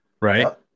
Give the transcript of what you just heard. right